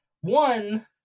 One